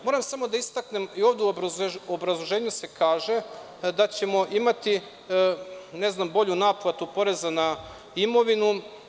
Moram samo da istaknem, ovde u obrazloženju se kaže da ćemo imati bolju naplatu poreza na imovinu.